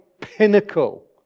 pinnacle